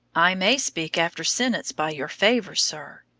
i may speak after sentence by your favor, sir.